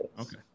okay